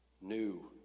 New